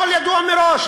הכול ידוע מראש.